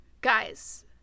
Guys